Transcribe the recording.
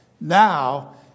Now